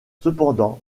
cependant